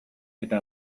eta